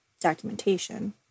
Documentation